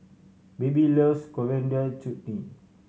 baby loves Coriander Chutney